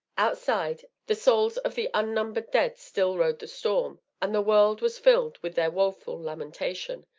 outside, the souls of the unnumbered dead still rode the storm, and the world was filled with their woeful lamentation.